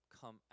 come